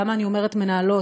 למה אני אומרת "מנהלות"?